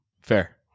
Fair